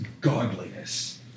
godliness